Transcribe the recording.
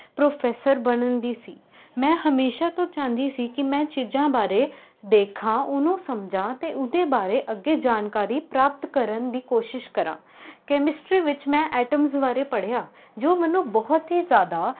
professor ਬਣਨ ਦੀ ਸੀ ਮੈਂ ਹਮੇਸ਼ਾ ਤੋਂ ਚਾਹੁੰਦੀ ਸੀ ਕਿ ਮੈਂ ਚੀਜ਼ਾਂ ਬਾਰੇ ਦੇਖਾਂ ਉਹਨੂੰ ਸਮਝਾ ਅਤੇ ਉਹਦੇ ਬਾਰੇ ਅੱਗੇ ਜਾਣਕਾਰੀ ਪ੍ਰਾਪਤ ਕਰਨ ਦੀ ਕੋਸ਼ਿਸ਼ ਕਰਾਂ ਕੈਮਿਸਟਰੀ ਵਿੱਚ ਮੈਂ ਐਟਮਸ ਬਾਰੇ ਪੜ੍ਹਿਆ ਜੋ ਮੈਨੂੰ ਬਹੁਤ ਹੀ ਜ਼ਿਆਦਾ